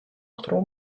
którą